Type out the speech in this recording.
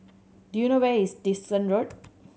do you know where is Dickson Road